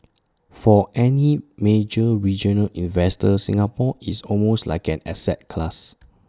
for any major regional investor Singapore is almost like an asset class